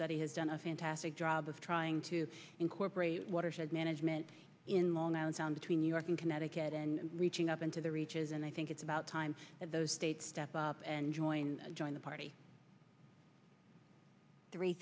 study has done a fantastic job of trying to incorporate watershed management in long island sound between new york and connecticut and reaching up into the reaches and i think it's about time that those states step up and join join the party three